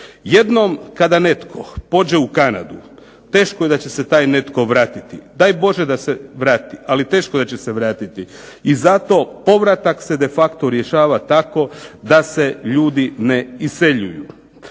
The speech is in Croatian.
Jednom kada netko pođe u Kanadu teško da će se taj netko vratiti. Daj Bože da se vrati, ali teško da će se vratiti. I zato povratak se de facto rješava tako da se ljudi ne iseljuju.